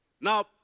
Now